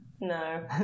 No